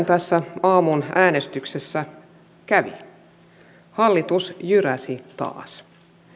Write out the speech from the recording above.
tässä aamun äänestyksessä kävi hallitus jyräsi taas